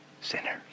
sinners